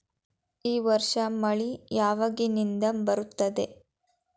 ಈ ವರ್ಷ ಮಳಿ ಯಾವಾಗಿನಿಂದ ಬರುತ್ತದೆ?